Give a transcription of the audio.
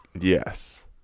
Yes